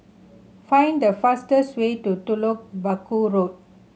find the fastest way to Telok Paku Road